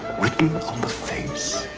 the face?